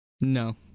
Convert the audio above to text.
No